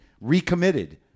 recommitted